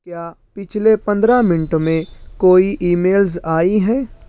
کیا پچھلے پندرہ منٹ میں کوئی ایمیلز آئی ہیں